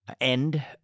end